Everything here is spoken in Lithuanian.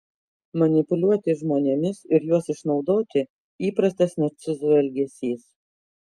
manipuliuoti žmonėmis ir juos išnaudoti įprastas narcizų elgesys